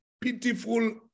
pitiful